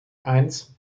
eins